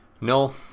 no